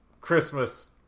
Christmas